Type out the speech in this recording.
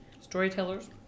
Storytellers